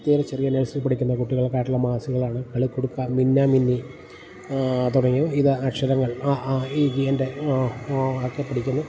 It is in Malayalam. തീരെ ചെറിയ നേഴ്സറി പഠിക്കുന്ന കുട്ടികൾക്കായിട്ടുള്ള മാസികകളാണ് കളിക്കുടുക്ക മിന്നാ മിന്നി തുടങ്ങിയ ഇത് അക്ഷരങ്ങൾ അ ആ ഇ ഈ എൻ്റെ ആ ഓ ഒക്കെ പഠിക്കുന്നു